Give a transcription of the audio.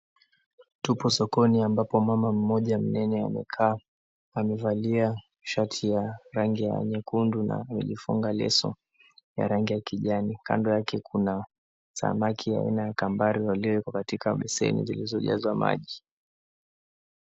Tupo sokoni ambapo mama mmoja mnene amekaa. Amevalia shati ya rangi ya nyekundu na amejifunga leso ya rangi ya kijani. Kando yake kuna samaki ya aina ya kambari walioekwa katika beseni zilizojazwa maji.